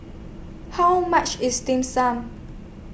How much IS Dim Sum